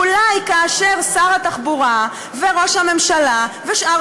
אולי כאשר שר התחבורה וראש הממשלה ושאר